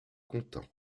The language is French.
content